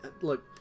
look